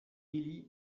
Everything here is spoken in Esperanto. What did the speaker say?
ili